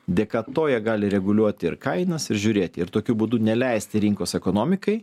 dėka to jie gali reguliuoti ir kainas ir žiūrėti ir tokiu būdu neleisti rinkos ekonomikai